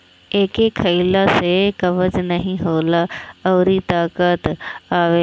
एके खइला से कब्ज नाइ होला अउरी ताकत आवेला